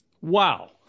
wow